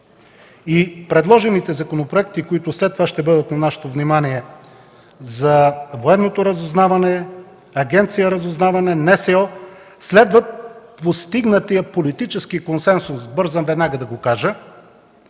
и предложените законопроекти, които след това ще бъдат обект на нашето внимание – за военното разузнаване, Агенция за разузнаване, НСО, следват постигнатия политически консенсус по отношение на посоката